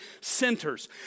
centers